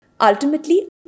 Ultimately